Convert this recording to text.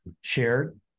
shared